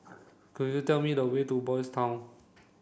could you tell me the way to Boys' Town